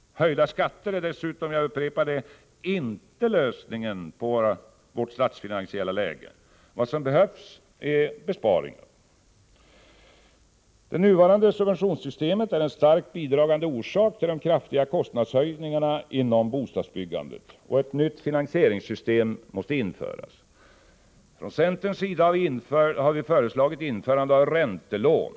Höjda skatter är dessutom, jag upprepar det, inte lösningen på vårt statsfinansiella läge. Vad som behövs är besparingar! Det nuvarande subventionssystemet är en starkt bidragande orsak till de kraftiga kostnadsökningarna inom bostadsbyggandet. Ett nytt finansieringssystem måste införas. Från centerns sida har vi föreslagit införandet av räntelån.